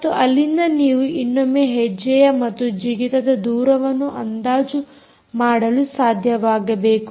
ಮತ್ತು ಅಲ್ಲಿಂದ ನೀವು ಇನ್ನೊಮ್ಮೆ ಹೆಜ್ಜೆಯ ಮತ್ತು ಜಿಗಿತದ ದೂರವನ್ನು ಅಂದಾಜು ಮಾಡಲು ಸಾಧ್ಯವಾಗಬೇಕು